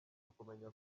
ukumenya